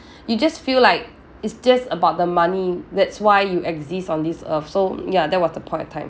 you just feel like it's just about the money that's why you exist on this earth so ya that was the point of time